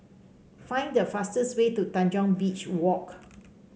find the fastest way to Tanjong Beach Walk